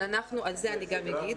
על זה אני גם אגיד.